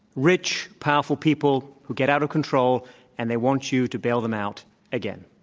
rich powerful people who get out of control and they want you to bail them out again.